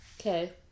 Okay